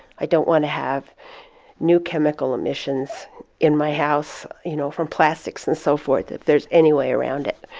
i don't want to have new chemical emissions in my house you know from plastics and so forth, if there's any way around it.